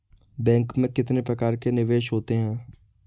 Bank में कितने प्रकार के निवेश होते हैं?